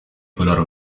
color